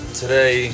today